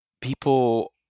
people